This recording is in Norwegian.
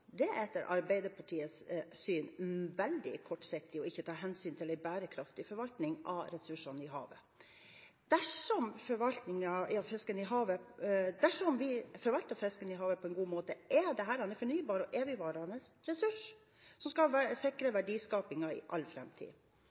Det er et etter Arbeiderpartiets syn veldig kortsiktig ikke å ta hensyn til en bærekraftig forvaltning av ressursene i havet. Dersom vi forvalter fisken i havet på en god måte, er dette en fornybar og evigvarende ressurs, som skal sikre verdiskaping i all